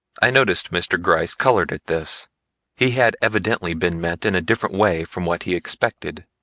i noticed mr. gryce colored at this he had evidently been met in a different way from what he expected.